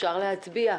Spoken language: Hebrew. אפשר להצביע.